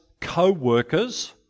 co-workers